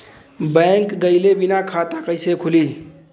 Bank गइले बिना खाता कईसे खुली?